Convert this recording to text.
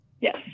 yes